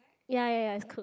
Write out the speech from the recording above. ya ya ya is cooked